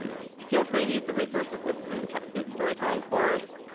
feel free to use the resources listed in the techsoup storytelling course.